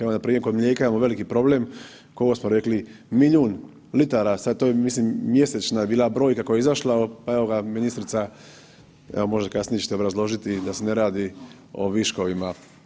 Evo npr. kod mlijeka imamo veliki problem, kolko smo rekli, milijun litara, sad to je, mislim mjesečna bila brojka koja je izašla, pa evo ga, ministrica, evo možda kasnije ćete obrazložiti da se ne radi o viškovima.